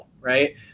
right